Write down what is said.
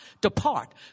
depart